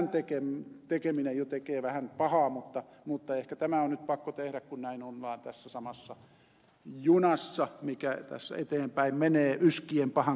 tämän tekeminen jo tekee vähän pahaa mutta ehkä tämä on nyt pakko tehdä kun näin ollaan tässä samassa junassa mikä tässä eteenpäin menee yskien pahan kerran